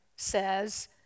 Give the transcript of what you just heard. Says